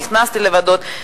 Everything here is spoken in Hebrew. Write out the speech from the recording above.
נכנסתי לוועדות,